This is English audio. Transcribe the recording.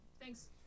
thanks